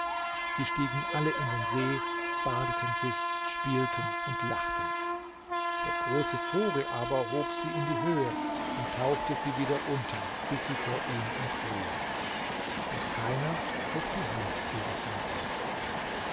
sie stiegen alle in den see badeten sich spielten und lachten der große vogel aber hob sie in die höhe und tauchte sie wieder unter bis sie vor ihm entflohen und keiner hob die hand gegen ihn auf